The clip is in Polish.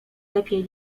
lepiej